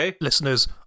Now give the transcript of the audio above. listeners